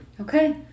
Okay